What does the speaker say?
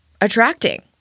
attracting